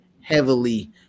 heavily